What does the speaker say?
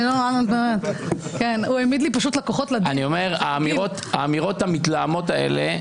אני אומר, האמירות המתלהמות האלה,